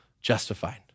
justified